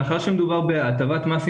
מאחר שמדובר בהטבת מס,